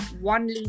one